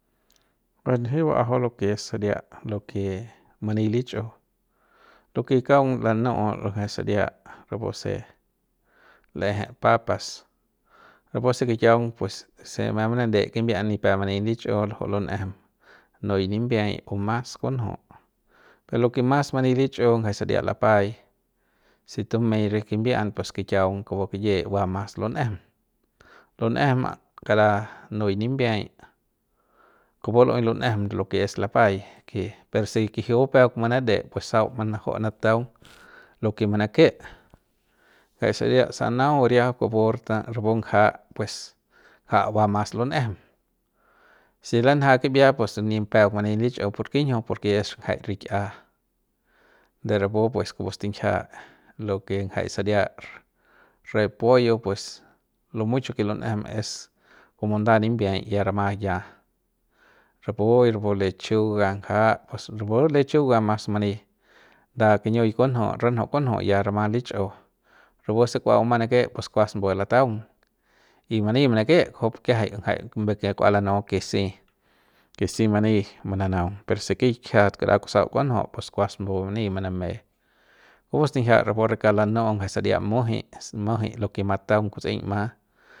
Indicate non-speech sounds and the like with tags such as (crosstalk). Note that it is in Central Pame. (noise) ranji va'ajau lo ke es saria lo ke mani lich'u lo ke kaung lanu nja saria rapuse lejep papas rapu se kikiaung pues se mep manade kimbian nipep manin lichiu luju'u lunejem nui nimbiay o mas kunju'u pe lo ke mas manin lichiu ngjaik saria lapai si tumey re kimbi'an pues kikiaung kupu kiyie va mas lun'ejem lun'ejem kara nui nimbiay kupu lu'ey lun'ejem lo ke es lapai per se kijiu peuk manade pues sau manaju'u nataung (noise) lo ke manake jai saria zanahoria kupurta rapu ngja pues ngja ba mas lun'ejem si lanja kibia pus nipeuk mani linchiu ¿por kinjiu? Porke es ngajaik rik'ia de rapu pues kupu stinjia lo ke ngjaik saria repollo pues lo mucho ke lun'ejem es komo nda nimbiay ya rama yia rapu y rapu lechuga ngja pues rapu lechuga mas mani nda kiñiu kunju ranju kunju'u ya rama lichiu'u rapu se kua bumang nake pus kuas mbu lataung y mani manake kujupu ki'iajai ngajai mbu kua lanu ke si ke si mani mananaung per si kikjiat kara kusau kunju pus kuas mbu mani maname kupu stinjia rapu re kauk lanu'u ngjaik saria mujui mujui lo ke mataung kuts'eiñ ma.